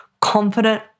confident